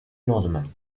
lendemain